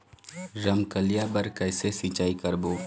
रमकलिया बर कइसे सिचाई करबो?